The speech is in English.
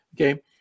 Okay